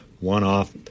one-off